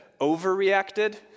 overreacted